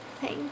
Thank